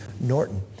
Norton